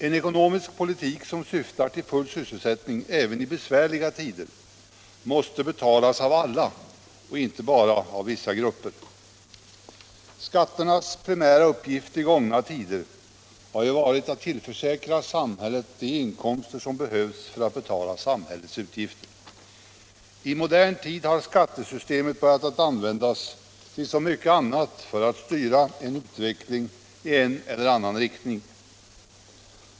En ekonomisk politik som syftar till full sysselsättning även i besvärliga tider måste betalas av alla, inte bara av vissa grupper. Skatternas primära uppgift i gångna tider har ju varit att tillförsäkra samhället de inkomster som behövs för att betala samhällets utgifter. I modern tid har skattesystemet börjat användas till så mycket annat för att styra utvecklingen i en eller annan riktning.